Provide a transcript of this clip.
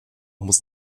muss